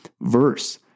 verse